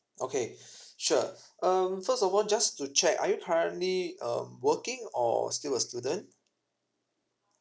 okay sure um first of all just to check are you currently um working or still a student